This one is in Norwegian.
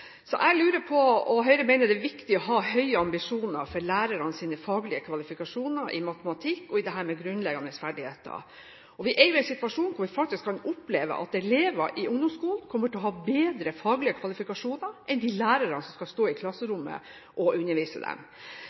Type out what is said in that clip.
viktig å ha høye ambisjoner for lærernes faglige kvalifikasjoner i matematikk og i grunnleggende ferdigheter. Vi er jo i en situasjon hvor vi faktisk kan oppleve at elever i ungdomsskolen kommer til å ha bedre faglige kvalifikasjoner enn de lærerne som skal stå i klasserommet og undervise dem.